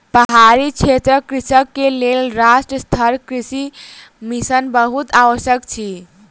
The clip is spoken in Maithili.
पहाड़ी क्षेत्रक कृषक के लेल राष्ट्रीय सतत कृषि मिशन बहुत आवश्यक अछि